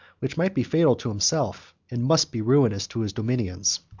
which might be fatal to himself, and must be ruinous to his dominions.